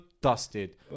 dusted